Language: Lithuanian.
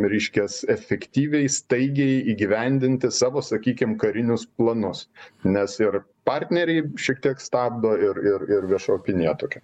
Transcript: reiškias efektyviai staigiai įgyvendinti savo sakykim karinius planus nes ir partneriai šiek tiek stabdo ir ir ir vieša opinija tokia